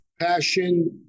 passion